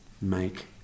make